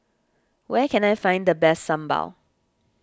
where can I find the best Sambal